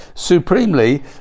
supremely